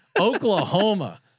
Oklahoma